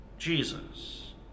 Jesus